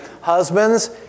Husbands